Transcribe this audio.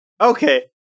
Okay